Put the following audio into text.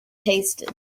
tasted